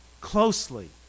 closely